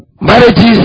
Marriages